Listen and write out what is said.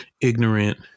ignorant